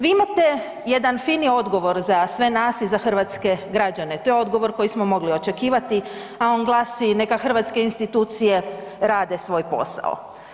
Vi imate jedan fini odgovor za sve nas i za hrvatske građane, to je odgovor koji smo mogli očekivati, a on glasi „neka hrvatske institucije rade svoj posao“